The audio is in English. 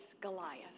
Goliath